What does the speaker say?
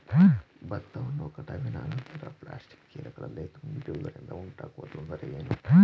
ಭತ್ತವನ್ನು ಕಟಾವಿನ ನಂತರ ಪ್ಲಾಸ್ಟಿಕ್ ಚೀಲಗಳಲ್ಲಿ ತುಂಬಿಸಿಡುವುದರಿಂದ ಉಂಟಾಗುವ ತೊಂದರೆ ಏನು?